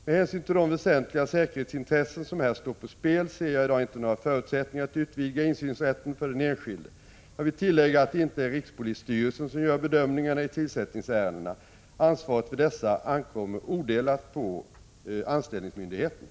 Med hänsyn till de väsentliga säkerhetsintressen som här står på spel ser jagi dag inte några förutsättningar att utvidga insynsrätten för den enskilde. Jag vill tillägga att det inte är rikspolisstyrelsen som gör bedömningarna i tillsättningsärendena. Ansvaret för dessa ankommer odelat på anställningsmyndigheten.